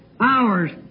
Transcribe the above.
hours